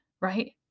right